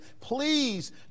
please